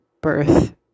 birth